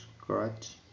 scratch